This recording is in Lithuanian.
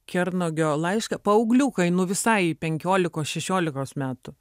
kernagio laišką paaugliukai nu visai į penkiolikos šešiolikos metų